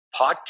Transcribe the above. podcast